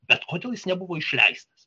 bet kodėl jis nebuvo išleistas